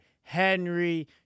Henry